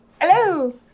Hello